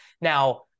now